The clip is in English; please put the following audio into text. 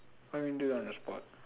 what you mean do it on the spot